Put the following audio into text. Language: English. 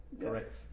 correct